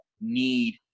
need